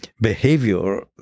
behavior